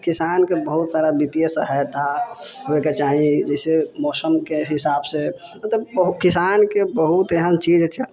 किसान के बहुत सारा वित्तीय सहायता होय के चाही जाहिसे मौसम के हिसाब से मतलब किसान के बहुत एहन चीज